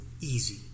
easy